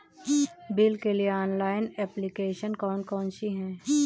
Bill के लिए online application कौन कौन सी हैं?